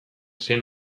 zen